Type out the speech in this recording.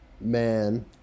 man